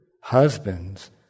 husbands